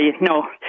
no